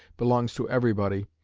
belongs to everybody,